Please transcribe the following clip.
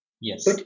Yes